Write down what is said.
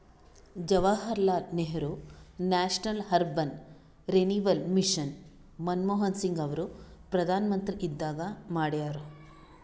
Jawaharlal Nehru national urban renewal mission Manmohan Singh ಅವರು ಪ್ರಧಾನ್ಮಂತ್ರಿ ಇದ್ದಾಗ ಮಾಡ್ಯಾರ್